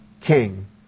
king